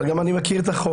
אבל גם אני מכיר את החוק,